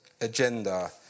agenda